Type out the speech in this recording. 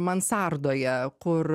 mansardoje kur